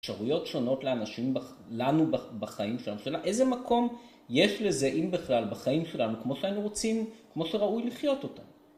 אפשרויות שונות לאנשים בח.. לנו בח, בחיים שלנו. השאלה, איזה מקום יש לזה, אם בכלל, בחיים שלנו, כמו שהיינו רוצים, כמו שראוי לחיות אותם.